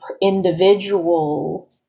individual